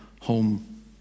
home